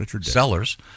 Sellers